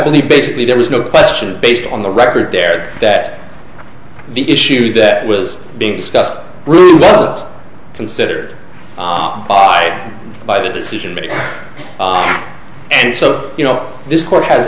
believe basically there was no question based on the record there that the issue that was being discussed really wasn't considered aap by by the decision making and so you know this court has